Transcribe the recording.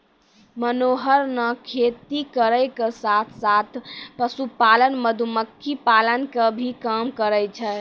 मनोहर नॅ खेती करै के साथॅ साथॅ, पशुपालन, मधुमक्खी पालन के भी काम करै छै